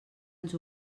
ens